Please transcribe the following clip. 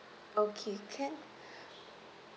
okay can